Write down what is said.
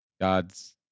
God's